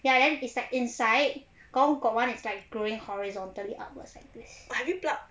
ya then is like inside got got one it's like growing horizontally upward like this